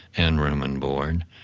and room and board,